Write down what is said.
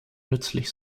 nützlich